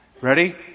Ready